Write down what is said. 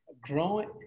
growing